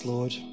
Lord